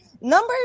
number